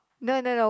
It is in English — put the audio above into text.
no no no